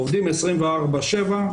עובדים 24/7,